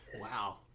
Wow